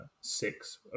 six